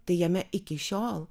tai jame iki šiol